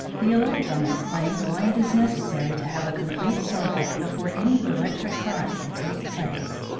the electron explains why it is necessary to have a complete circuit before any electric current can take place.